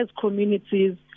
communities